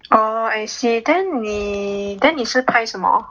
oh I see then 你 then 你是拍什么